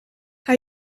hij